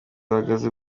bahagaze